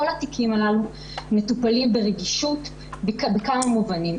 כל התיקים האלה מטופלים ברגישות בכמה מובנים.